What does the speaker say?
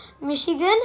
Michigan